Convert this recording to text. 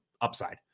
upside